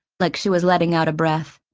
like she was letting out a breath.